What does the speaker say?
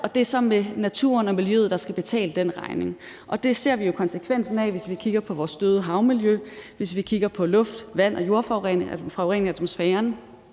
og det er så naturen og miljøet, der skal betale den regning, og det ser vi jo konsekvensen af, hvis vi kigger på vores døde havmiljø, hvis vi kigger på luft-, vand- og jordforureningen